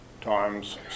times